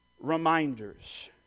reminders